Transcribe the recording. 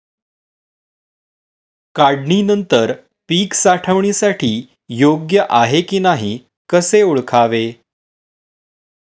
काढणी नंतर पीक साठवणीसाठी योग्य आहे की नाही कसे ओळखावे?